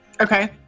Okay